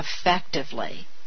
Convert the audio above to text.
effectively